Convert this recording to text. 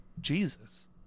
Jesus